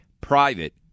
private